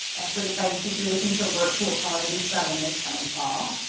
a certified teacher looking for work who will probably be subbing this coming fall.